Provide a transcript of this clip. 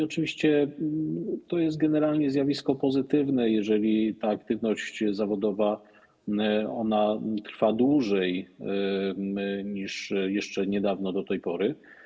Oczywiście to jest generalnie zjawisko pozytywne, jeżeli ta aktywność zawodowa trwa dłużej niż jeszcze do niedawna, do tej pory.